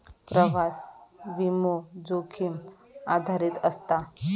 प्रवास विमो, जोखीम आधारित असता